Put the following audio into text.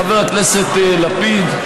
חבר הכנסת לפיד,